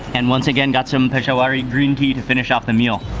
and once again, got some peshawari green tea to finish off the meal.